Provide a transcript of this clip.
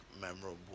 memorable